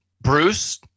Bruce